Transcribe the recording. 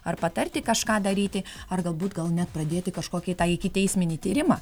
ar patarti kažką daryti ar galbūt gal net pradėti kažkokį tą ikiteisminį tyrimą